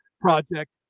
project